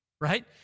right